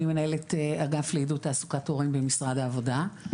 אני מנהלת אגף לעידוד תעסוקת הורים במשרד העבודה.